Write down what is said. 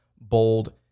bold